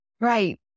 Right